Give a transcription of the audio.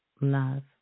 love